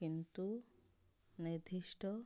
କିନ୍ତୁ ନିର୍ଦ୍ଧିଷ୍ଟ